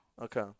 Okay